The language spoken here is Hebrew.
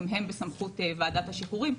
גם הם בסמכות ועדת השחרורים.